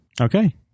Okay